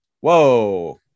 whoa